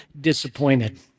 disappointed